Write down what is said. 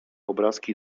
obrazki